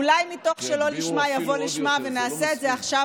אולי מתוך שלא לשמה יבוא לשמה ונעשה את זה עכשיו,